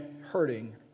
hurting